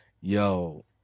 yo